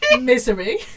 Misery